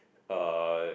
uh